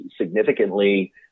significantly